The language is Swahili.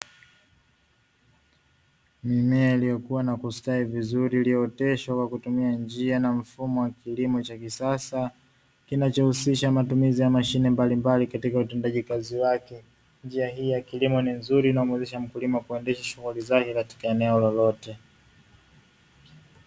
Mimea iliyokuwa na kustawi vizuri ikionesha ustadi wa kilimo katika ukuaji wa mimea.